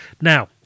Now